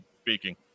speaking